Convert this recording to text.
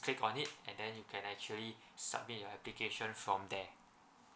click on it and then you can actually submit your application from there